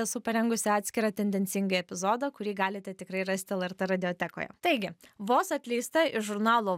esu parengusi atskirą tendencingai epizodą kurį galite tikrai rasti lrt radiotekoje taigi vos atleista iš žurnalo